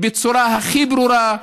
בצורה הכי ברורה,